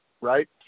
Right